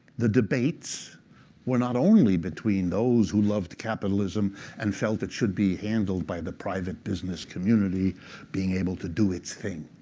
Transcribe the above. the debates were not only between those who loved capitalism and felt it should be handled by the private business community being able to do its thing.